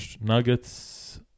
Nuggets